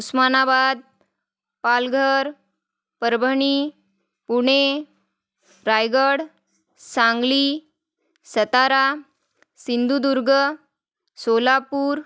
Osmanabad Palghar Parbhani Pune Raigad Sangli Satara Sindhudurg Solapur